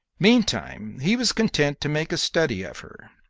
meantime, he was content to make a study of her,